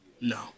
No